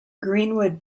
greenwood